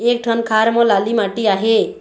एक ठन खार म लाली माटी आहे?